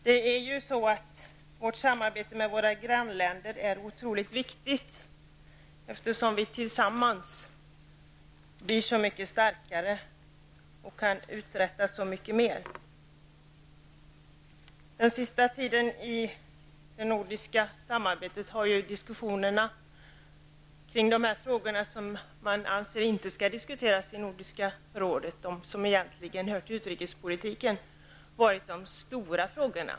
Det är ju så att samarbetet med våra grannländer är otroligt viktigt, eftersom vi tillsammans blir så mycket starkare och kan uträtta så mycket mer. I det nordiska samarbetet har under den senaste tiden de frågor som man anser inte skall diskuteras i Nordiska rådet, de som egentligen hör till utrikespolitiken, varit de stora frågorna.